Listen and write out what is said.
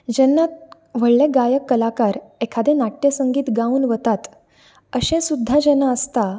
जेन्ना व्हडले गायक कलाकार एखादे नाट्यसंगीत गावन वतात अशे सुद्दां जेन्ना आसता